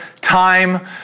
time